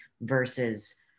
versus